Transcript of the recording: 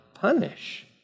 punish